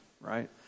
right